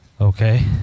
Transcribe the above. Okay